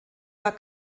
war